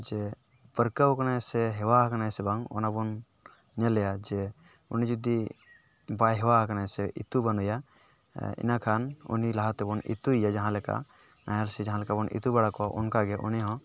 ᱡᱮ ᱯᱟᱹᱨᱠᱟᱹᱣ ᱟᱠᱟᱱᱟᱭ ᱥᱮ ᱦᱮᱣᱟᱣ ᱟᱠᱟᱱᱟᱭ ᱥᱮ ᱵᱟᱝ ᱚᱱᱟᱵᱚᱱ ᱧᱮᱞᱮᱭᱟ ᱡᱮ ᱩᱱᱤ ᱡᱩᱫᱤ ᱵᱟᱭ ᱦᱮᱣᱟᱣ ᱟᱠᱟᱱᱟ ᱥᱮ ᱤᱛᱩ ᱵᱟᱹᱱᱩᱭᱟ ᱤᱱᱟ ᱠᱷᱟᱱ ᱩᱱᱤ ᱞᱟᱦᱟᱛᱮᱵᱚᱱ ᱤᱛᱩᱭᱮᱭᱟ ᱡᱟᱦᱟᱸᱞᱮᱠᱟ ᱟᱨ ᱥᱮ ᱡᱟᱦᱟᱞᱮᱠᱟ ᱵᱚᱱ ᱤᱛᱩ ᱵᱟᱲᱟ ᱠᱚᱣᱟ ᱚᱱᱠᱟᱜᱮ ᱩᱱᱤᱦᱚᱸ